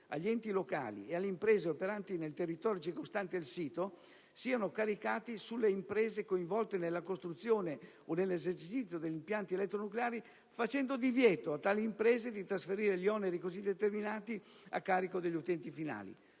agli enti locali e alle imprese operanti nel territorio circostante il sito siano caricati sulle imprese coinvolte nella costruzione o nell'esercizio degli impianti elettronucleari, facendo divieto a tali imprese di trasferire gli oneri così determinati a carico degli utenti finali.